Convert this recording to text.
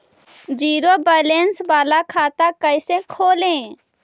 Zero balance बाला खाता कैसे खोले?